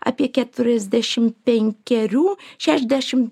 apie keturiasdešim penkerių šešiasdešim